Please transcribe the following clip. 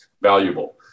valuable